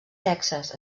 texas